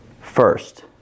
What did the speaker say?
First